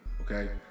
Okay